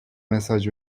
mesaj